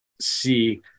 see